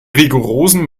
rigorosen